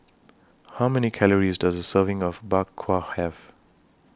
How Many Calories Does A Serving of Bak Kwa Have